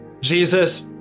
Jesus